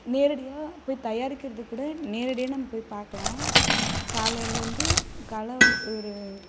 நேரடியாக போய் தயாரிக்கிறதை கூட நேரடியாக நம்ம போய் பார்க்கலாம் காலையிலேருந்து காலைல ஒரு